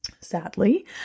Sadly